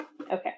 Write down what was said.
Okay